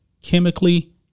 chemically